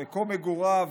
מקום מגוריו,